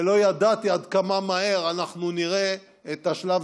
ולא ידעתי עד כמה מהר אנחנו נראה את השלב